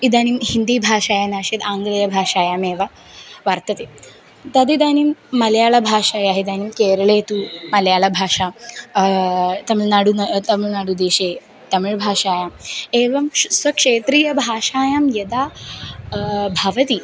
इदानीं हिन्दीभाषायां नासीत् आङ्ग्लीयभाषायामेव वर्तते तद् इदानीं मलयाळभाषायाम् इदानीं केरळे तु मलयाळभाषा तमिळ्नाडु तमिळ्नाडुदेशे तमिळ्भाषायाम् एवं शु स्वक्षेत्रीयभाषायां यदा भवति